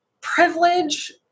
privilege